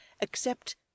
except